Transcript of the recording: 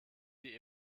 die